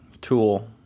tool